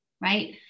right